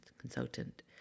consultant